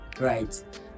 Right